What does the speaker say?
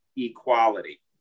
equality